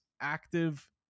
active